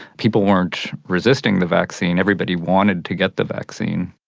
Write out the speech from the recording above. people weren't resisting the vaccine, everybody wanted to get the vaccine.